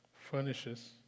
furnishes